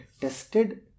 tested